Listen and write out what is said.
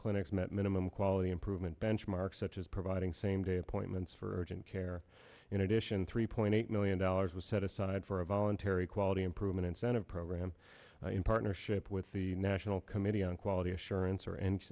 clinics met minimum quality improvement benchmark such as providing same day appointments for gin care in addition three point eight million dollars was set aside for a voluntary quality improvement incentive program in partnership with the national committee on quality assurance or an